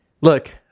Look